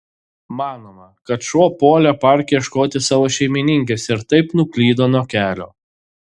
manoma kad šuo puolė parke ieškoti savo šeimininkės ir taip nuklydo nuo kelio